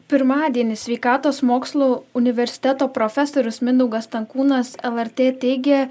pirmadienį sveikatos mokslų universiteto profesorius mindaugas stankūnas lrt teigė